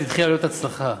התחילה להיות הצלחה,